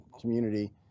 community